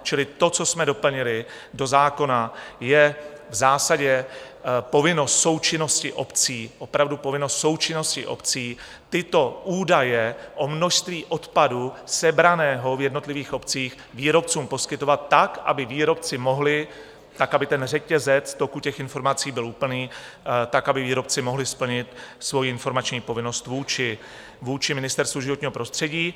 Čili to, co jsme doplnili do zákona, je v zásadě povinnost součinnosti obcí, opravdu povinnost součinnosti obcí, tyto údaje o množství odpadu sebraného v jednotlivých obcích výrobcům poskytovat tak, aby výrobci mohli aby ten řetězec toku těch informací byl úplný splnit svoji informační povinnost vůči Ministerstvu životního prostředí.